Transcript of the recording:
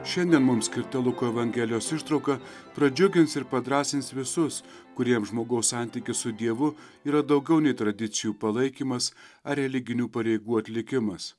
šiandien mums skirta luko evangelijos ištrauka pradžiugins ir padrąsins visus kuriems žmogaus santykis su dievu yra daugiau nei tradicijų palaikymas ar religinių pareigų atlikimas